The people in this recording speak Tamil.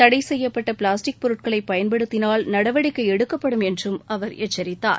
தடை செய்யப்பட்ட பிளாஸ்டிக் பொருட்களை பயன்படுத்தினால் நடவடிக்கை எடுக்கப்படும் என்றும் அவர் எச்சரித்தார்